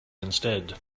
instead